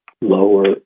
lower